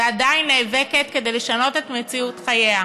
ועדיין נאבקת, כדי לשנות את מציאות חייה.